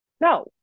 No